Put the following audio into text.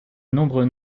nombreux